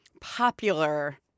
popular